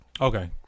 Okay